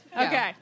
Okay